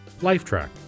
Lifetrack